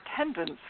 attendance